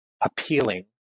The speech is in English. appealing